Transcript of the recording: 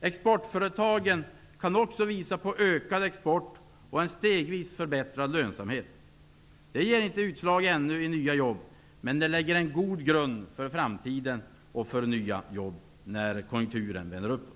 Exportföretagen kan visa på ökad export och en stegvis förbättrad lönsamhet. Det ger ännu inte utslag i nya jobb, men lägger en god grund för framtiden och för att det skall skapas nya jobb när konjunkturen vänder uppåt.